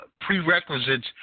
prerequisites